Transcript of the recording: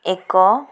ଏକ